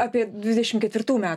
apie dvidešimt ketvirtų metų